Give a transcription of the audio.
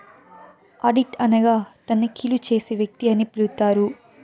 audit అనగా తనిఖీలు చేసే వ్యక్తి అని పిలుత్తారు